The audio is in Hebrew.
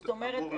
זאת אומרת,